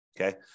okay